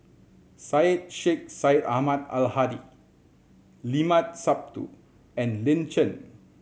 Syed Sheikh Syed Ahmad Al Hadi Limat Sabtu and Lin Chen